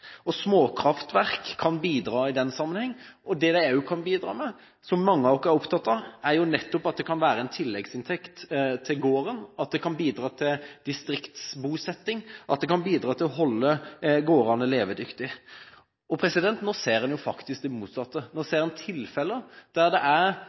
og småkraftverk kan bidra i den sammenheng. Det de også kan bidra med, som mange av oss er opptatt av, er jo nettopp at det kan være en tilleggsinntekt til gården, at det kan bidra til distriktsbosetting, at det kan bidra til å holde gårdene levedyktige. Nå ser en faktisk det motsatte. Nå